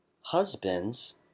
husbands